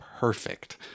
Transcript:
Perfect